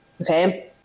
okay